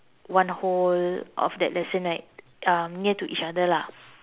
one whole of that lesson right um near to each other lah